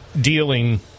dealing